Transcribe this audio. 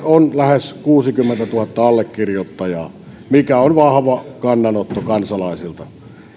on lähes kuusikymmentätuhatta allekirjoittajaa mikä on vahva kannanotto kansalaisilta